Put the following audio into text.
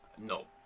No